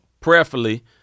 prayerfully